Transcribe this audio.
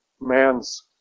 man's